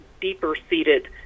deeper-seated